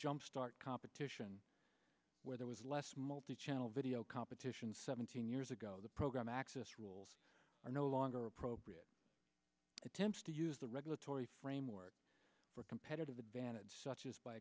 jumpstart competition where there was less multichannel video competition seventeen years ago the program access rules are no longer appropriate attempts to use the regulatory framework for competitive advantage such as by